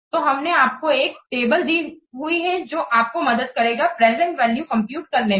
तो हमने आपको एक टेबल दी हुई है जो आपको मदद करेगा प्रेजेंट वैल्यू कंप्यूटकरने में